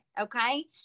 Okay